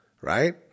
Right